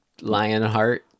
Lionheart